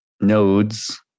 nodes